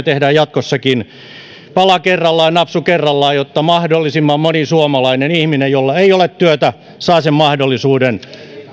teemme jatkossakin pala kerrallaan napsu kerrallaan jotta mahdollisimman moni suomalainen ihminen jolla ei ole työtä saa sen mahdollisuuden